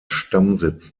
stammsitz